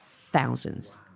thousands